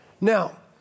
Now